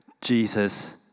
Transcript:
Jesus